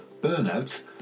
burnout